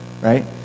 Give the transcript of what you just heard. Right